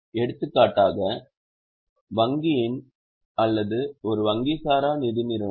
எடுத்துக்காட்டாக வங்கியின் அல்லது ஒரு வங்கி சாரா நிதி நிறுவனங்கள்